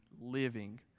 living